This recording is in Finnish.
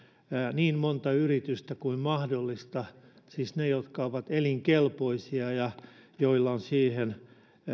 niin monta yritystä kuin mahdollista siis ne jotka ovat elinkelpoisia ja joilla on siihen